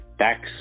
tax